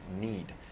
need